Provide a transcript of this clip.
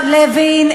לוין,